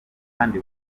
kandi